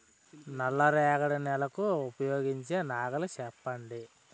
నల్ల రేగడి నెలకు ఉపయోగించే నాగలి చెప్పండి?